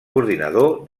coordinador